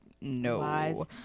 no